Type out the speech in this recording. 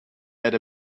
had